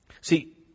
See